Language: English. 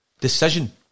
Decision